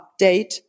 update